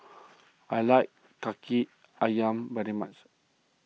I like Kaki Ayam very much